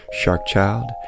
sharkchild